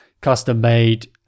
custom-made